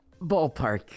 Ballpark